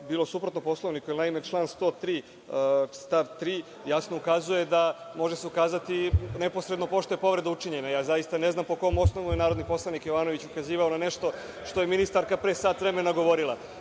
bilo suprotno Poslovniku, jer naime član 103. stav 3. jasno ukazuje da može se ukazati neposredno pošto je povreda učinjena. Zaista ne znam po kom je osnovu narodni poslanik Jovanović ukazivao na nešto što je ministarka pre sat vremena govorila.